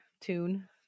tune